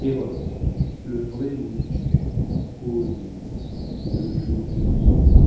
erreurs le vrai vous tue ô nuit le jour te vise